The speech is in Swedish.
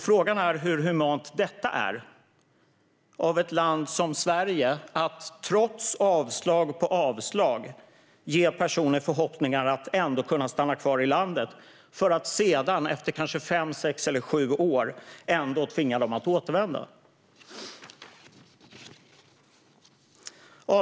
Frågan är hur humant det är av ett land som Sverige att trots avslag på avslag ge personer förhoppningar om att kunna stanna kvar i landet för att sedan efter kanske fem, sex eller sju år tvinga dem att återvända. Herr talman!